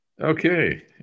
Okay